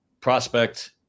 prospect